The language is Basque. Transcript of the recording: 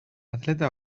atleta